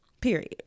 Period